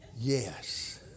Yes